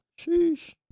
Sheesh